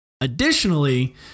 Additionally